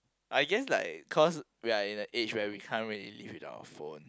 I guess like cause we are in an age when we can't really live without a phone